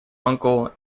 uncle